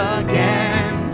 again